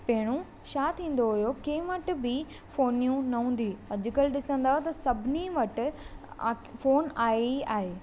पहिरियों छा थीन्दो हुयो कंहिं वटि बि फ़ोनियूं न हूंदी अॼु कल्ह ॾिसंदा त सभिनी वटि फ़ोन आहे ई आहे